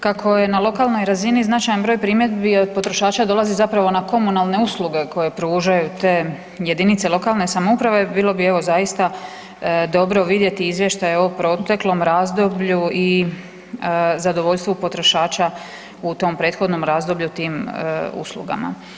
Kako je na lokalnoj razini značajan broj primjedbi od potrošača dolazi zapravo na komunalne usluge koje pružaju te jedinice lokalne samouprave bilo bi evo zaista dobro vidjeti izvještaje o proteklom razdoblju i zadovoljstvu potrošača u trom prethodnom razdoblju u tim uslugama.